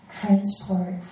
Transport